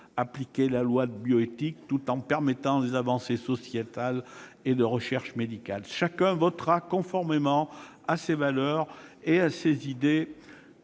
appliquer la loi de bioéthique tout en permettant des avancées sociétales et en matière de recherche médicale. Chacun votera conformément à ses valeurs, à ses idées,